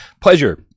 pleasure